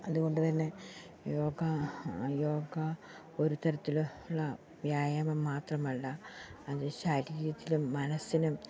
അതുകൊണ്ട് തന്നെ യോഗ യോഗ ഒരുതരത്തില് ഉള്ള വ്യായാമം മാത്രമല്ല അത് ശരീരത്തിനും മനസ്സിനും